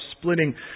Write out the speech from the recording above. splitting